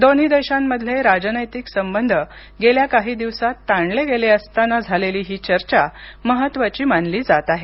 दोन्ही देशांमधले राजनैतिक संबंध गेल्या काही दिवसात ताणले गेले असताना झालेली ही चर्चा महत्वाची मानली जात आहे